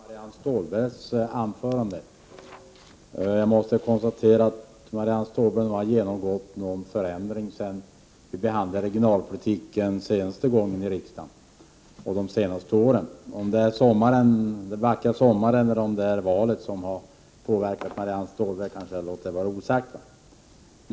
Herr talman! Jag har med stort intresse lyssnat på Marianne Stålbergs anförande. Jag måste konstatera att Marianne Stålberg har genomgått en förändring sedan vi senast behandlade regionalpolitiken i riksdagen. Om det är den vackra sommaren eller valet som har påverkat Marianne Stålberg låter jag vara osagt.